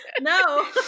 No